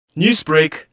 Newsbreak